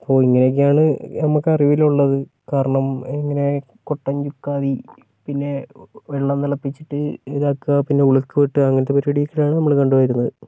ഇപ്പോൾ ഇങ്ങിനൊക്കെയാണ് നമുക്കറിവിലുള്ളത് കാരണം ഇങ്ങനെ കൊട്ടൻ ചുക്കാദി പിന്നെ വെള്ളം തിളപ്പിച്ചിട്ട് ഇതാക്കാ പിന്നെ ഉളുക്ക് വെട്ടുവ അങ്ങനത്തെ പരിപാടികളക്കെയാണ് നമ്മള് കണ്ട് വരുന്നത്